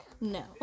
No